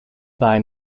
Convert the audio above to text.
buy